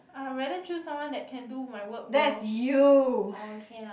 I rather choose someone that can do my work well orh can ah